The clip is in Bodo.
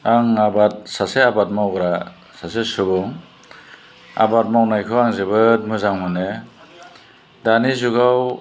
आं आबाद सासे आबाद मावग्रा सासे सुबुं आबाद मावनायखौ आं जोबोद मोजां मोनो दानि जुगाव